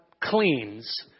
cleans